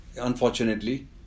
unfortunately